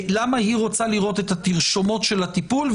למה היא רוצה לראות את התרשומות של הטיפול,